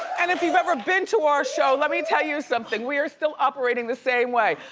and if you've ever been to our show, let me tell you something, we are still operating the same way.